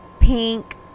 pink